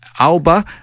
Alba